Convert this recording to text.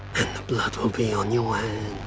the blood will be on your